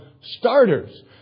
starters